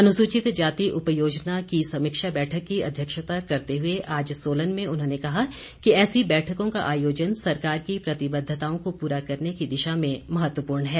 अनुसूचित जाति उपयोजना की समीक्षा बैठक की अध्यक्षता करते हुए आज सोलन में उन्होंने कहा कि ऐसी बैठकों का आयोजन सरकार की प्रतिबद्धताओं को पूरा करने की दिशा में महत्वपूर्ण है